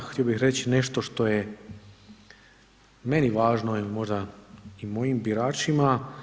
Htio bih reći nešto što je meni važno i možda i mojim biračima.